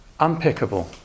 unpickable